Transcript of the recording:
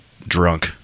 drunk